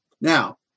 Now